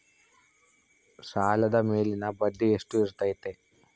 ಸಾಲದ ಮೇಲಿನ ಬಡ್ಡಿ ಎಷ್ಟು ಇರ್ತೈತೆ?